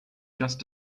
just